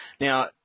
Now